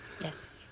Yes